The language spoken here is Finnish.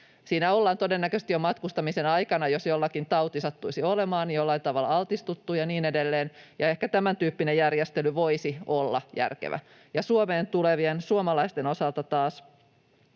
Siinä ollaan todennäköisesti jo matkustamisen aikana, jos jollakulla tauti sattuisi olemaan, jollain tavalla altistuttu ja niin edelleen. Ehkä tämäntyyppinen järjestely voisi olla järkevä. Suomeen tulevien suomalaisten osalta taas